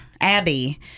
abby